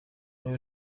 آیا